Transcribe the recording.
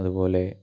അതുപോലെ